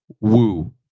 Woo